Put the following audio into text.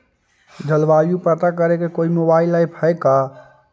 जलवायु पता करे के कोइ मोबाईल ऐप है का?